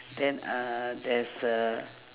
then uhh there's a